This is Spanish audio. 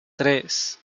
tres